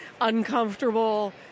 uncomfortable